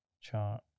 Chart